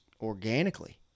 organically